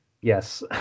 Yes